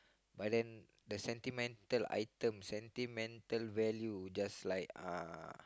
but then the sentimental items sentimental value just like uh